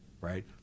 right